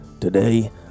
Today